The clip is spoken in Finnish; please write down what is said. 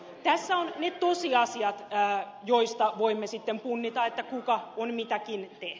tässä ovat ne tosiasiat joista voimme sitten punnitaita karhun ikäi